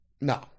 No